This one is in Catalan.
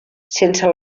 sense